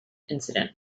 incident